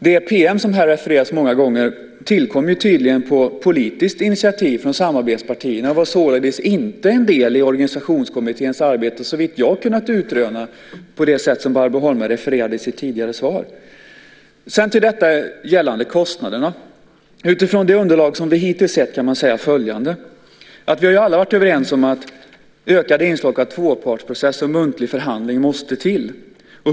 Den PM som här refereras till många gånger tillkom tydligen på politiskt initiativ från samarbetspartierna och var således inte en del i organisationskommitténs arbete, såvitt jag har kunnat utröna, på det sätt som Barbro Holmberg uppgav i sitt tidigare svar. När det gäller kostnaderna kan man, utifrån det underlag som vi hittills sett, säga följande: Vi har alla varit överens om att ett ökat inslag av tvåpartsprocess och muntlig förhandling måste till.